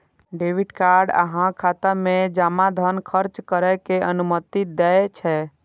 debit card अहांक खाता मे जमा धन खर्च करै के अनुमति दै छै